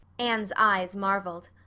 anne's eyes marveled.